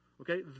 okay